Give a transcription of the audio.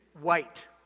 white